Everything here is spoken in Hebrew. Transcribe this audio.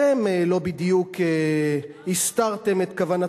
אבל, סליחה, גם אתם לא בדיוק הסתרתם את כוונתכם.